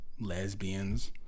Lesbians